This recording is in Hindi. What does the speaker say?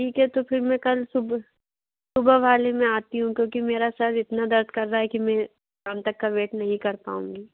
ठीक है तो फिर में कल सुभ सुबह वाले में आती हूँ क्योंकि मेरा सिर इतना दर्द कर रहा है कि में शाम तक का वेट नहीं कर पाऊँगी